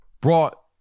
brought